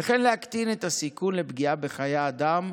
וכן להקטין את הסיכון לפגיעה בחיי אדם,